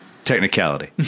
technicality